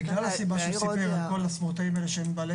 בגלל העניין הזה של הספורטאים שהם בעלי